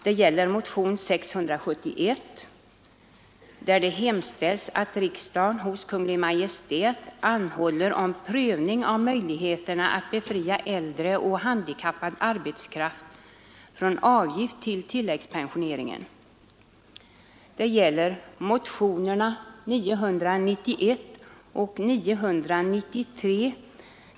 Det gäller också motionen 671, där det hemställs att riksdagen hos Kungl. Maj:t anhåller om prövning av möjligheterna att befria äldre och handikappad arbetskraft från avgift till tilläggspensioneringen. Likaså gäller det motionerna 991 och 993.